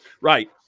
Right